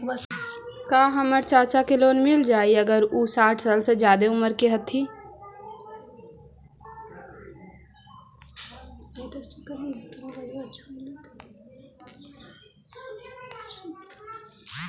का हमर चाचा के लोन मिल जाई अगर उ साठ साल से ज्यादा के उमर के हथी?